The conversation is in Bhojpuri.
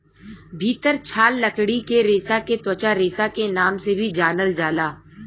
भितर छाल लकड़ी के रेसा के त्वचा रेसा के नाम से भी जानल जाला